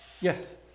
Yes